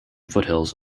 foothills